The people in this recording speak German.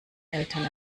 eltern